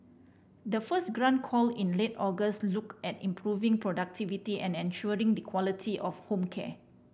the first grant call in late August looked at improving productivity and ensuring the quality of home care